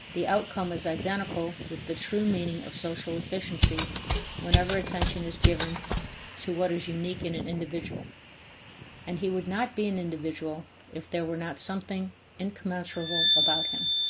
the outcome is identical with the true meaning of social efficiency whenever attention is given to what is unique in an individual and he would not be an individual if there were not something incommensurable about him.